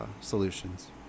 solutions